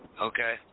Okay